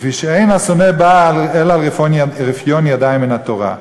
לפי שאין השונא בא אלא על רפיון ידיים מן התורה".